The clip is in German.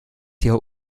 hier